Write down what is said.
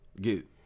get